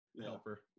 Helper